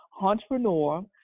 entrepreneur